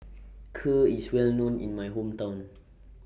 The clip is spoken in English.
Kheer IS Well known in My Hometown